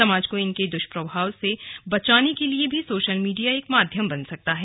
समाज को इनके दृष्प्रभाव से बचाने के लिये भी सोशल मीडिया एक माध्यम बन सकता है